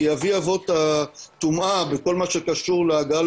כי אבי אבות הטומאה וכל מה שקשור להגעה